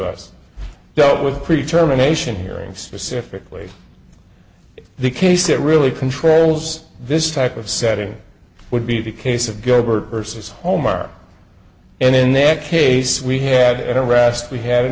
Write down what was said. us dealt with pretty terminations hearing specific way the case that really controls this type of setting would be the case of gober versus homer and in that case we had an arrest we had an